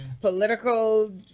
political